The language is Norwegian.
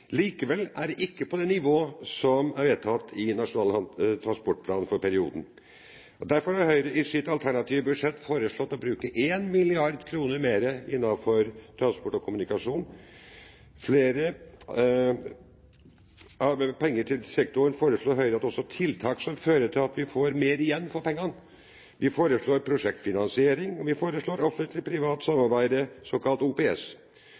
Likevel er det ikke på det nivået som er vedtatt i Nasjonal transportplan for perioden. Derfor har Høyre i sitt alternative budsjett foreslått å bruke 1 mrd. kr mer på transport- og kommunikasjonssektoren. Foruten flere penger til sektoren foreslår Høyre også tiltak som fører til at vi får mer igjen for pengene. Vi foreslår prosjektfinansiering, og vi foreslår Offentlig Privat Samarbeid, såkalt OPS.